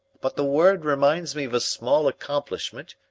but the word reminds me of a small accomplishment,